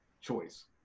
choice